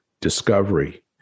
discovery